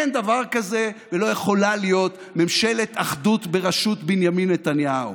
אין דבר כזה ולא יכולה להיות ממשלת אחדות בראשות בנימין נתניהו.